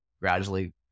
gradually